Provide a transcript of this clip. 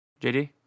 jd